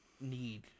need